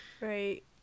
right